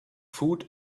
food